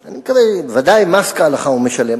בוודאי, מס כהלכה הוא משלם.